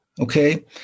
Okay